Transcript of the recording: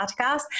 Podcast